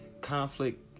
conflict